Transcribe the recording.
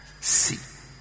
See